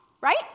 right